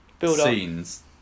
scenes